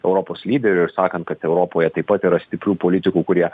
europos lyderių ir sakant kad europoje taip pat yra stiprių politikų kurie